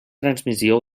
transmissió